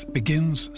begins